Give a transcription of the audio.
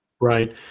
Right